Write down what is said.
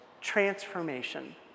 transformation